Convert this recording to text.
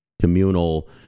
communal